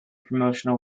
promotional